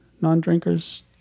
non-drinkers